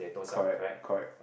correct correct